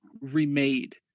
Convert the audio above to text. remade